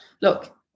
look